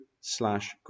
slash